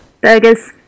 burgers